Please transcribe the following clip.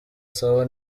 saba